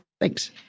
Thanks